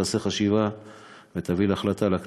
מה שנקרא, לא מנסים לשנות בדקה התשעים.